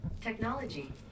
technology